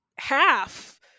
half